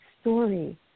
story